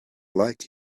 like